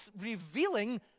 revealing